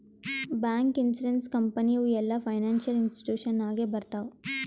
bank, insurance company ಇವು ಎಲ್ಲಾ financial institution ನಾಗೆ ಬರ್ತಾವ್